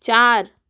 चार